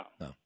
No